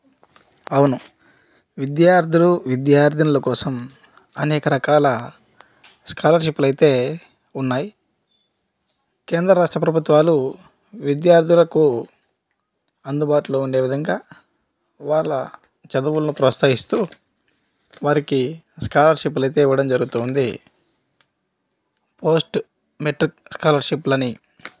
అవును విద్యార్థులు విద్యార్థినుల కోసం అనేక రకాల స్కాలర్షిప్లు అయితే ఉన్నాయి కేంద్ర రాష్ట్ర ప్రభుత్వాలు విద్యార్థులకు అందుబాటులో ఉండే విధంగా వాళ్ళ చదువులను ప్రోత్సహిస్తూ వారికి స్కాలర్షిప్లు అయితే ఇవ్వడం జరుగుతుంది పోస్ట్ మెట్రిక్ స్కాలర్షిప్లని